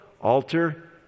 Altar